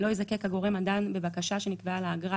לא יזכה את הגורם הדן בבקשה שנקבעה לה אגרה,